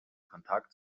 kontakt